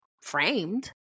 framed